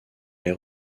les